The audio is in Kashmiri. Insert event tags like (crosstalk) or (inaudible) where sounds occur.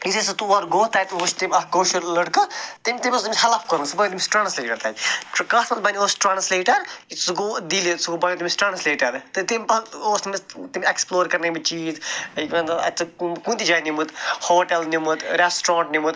یُتھٕے سُہ تور گوٚو تَتہِ وُچھ تٔمۍ اَکھ کٲشُر لڑکہٕ تٔمۍ تٔمۍ اوس تٔمِس ہیٚلٕپ کوٚرمُت سُہ بنیٛاو تٔمِس ٹرٛانسلیٹر تَتہِ کَتھ منٛز بنیٛاوُس ٹرٛانسلیٹر سُہ گوٚو دِلہِ سُہ بنیٛاو تٔمِس ٹرٛانسلیٹر تہٕ تَمہِ پتہٕ اوس تٔمِس تِم ایٚکٕسپٕلور کَرٕنٲیمٕتۍ چیٖز (unintelligible) کُنہِ تہِ جایہِ نِمُت ہوٹَل نِمُت ریٚسٹورَنٛٹ نِمُت